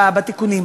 בתיקונים,